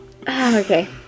Okay